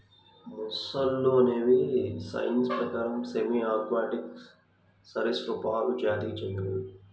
మొసళ్ళు అనేవి సైన్స్ ప్రకారం సెమీ ఆక్వాటిక్ సరీసృపాలు జాతికి చెందినవి